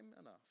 enough